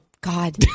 God